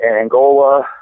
Angola